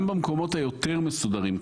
גם במקומות היותר מסודרים.